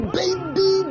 baby